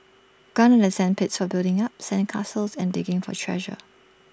gone are the sand pits for building up sand castles and digging for treasure